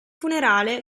funerale